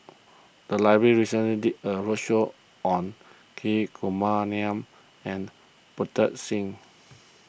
the library recently did a roadshow on Hri Kumar Nair and Pritam Singh